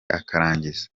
akarangiza